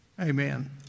Amen